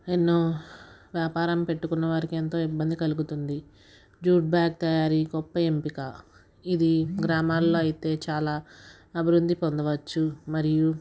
ఎన్నో వ్యాపారం పెట్టుకున్నవారికి ఎంతో ఇబ్బంది కలుగుతుంది జ్యూట్ బ్యాగ్ తయారీ గొప్ప ఎంపిక ఇది గ్రామాల్లో అయితే చాలా అభివృద్ధి పొందవచ్చు మరియు